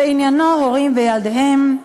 שעניינו הורים וילדיהם,